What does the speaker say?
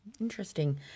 Interesting